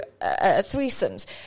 threesomes